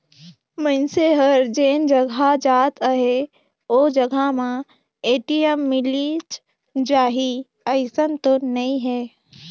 मइनसे हर जेन जघा जात अहे ओ जघा में ए.टी.एम मिलिच जाही अइसन तो नइ हे